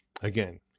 again